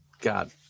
God